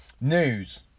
News